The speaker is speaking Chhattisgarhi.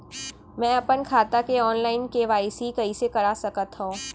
मैं अपन खाता के ऑनलाइन के.वाई.सी कइसे करा सकत हव?